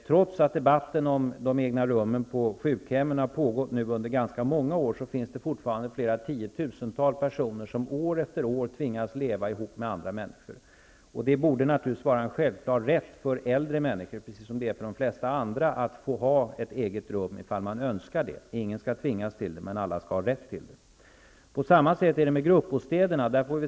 Trots att debatten om de egna rummen på sjukhemmen nu pågått under ganska många år finns fortfarande flera tiotusental personer som år efter år tvingas leva ihop med andra människor. Det borde vara en självklar rätt för äldre människor, precis som det är för de flesta andra, att få ha ett eget rum ifall man önskar det. Ingen skall tvingas till det, men alla skall ha rätt till det. På samma sätt är det med gruppbostäderna.